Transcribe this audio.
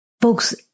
folks